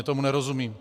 Tomu nerozumím.